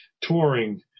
touring